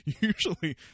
Usually